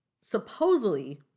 supposedly